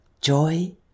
joy